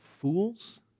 fools